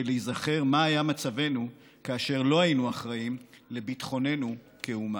להיזכר מה היה מצבנו כאשר לא היינו אחראים לביטחוננו כאומה.